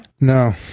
No